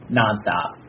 nonstop